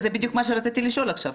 זה בדיוק מה שרציתי לשאול עכשיו.